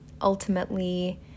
ultimately